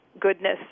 goodness